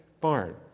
barn